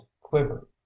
quiver